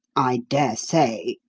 i dare say,